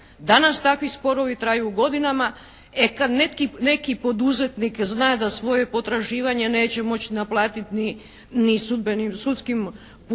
Danas takvi sporovi traju godinama. E, kad neki poduzetnik zna da svoje potraživanje neće moći naplatiti ni sudskim putem,